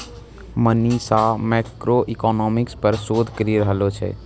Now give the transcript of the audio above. Manisha macroeconomics पर शोध करी रहलो छै